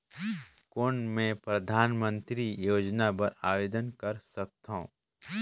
कौन मैं परधानमंतरी योजना बर आवेदन कर सकथव?